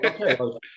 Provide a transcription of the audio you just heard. okay